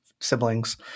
siblings